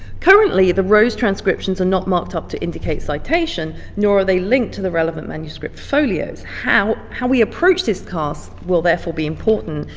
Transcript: currently the rose transcriptions are not marked up to indicate citation, nor are they linked to the relevant manuscript folios. how how we approach this task will therefore be important,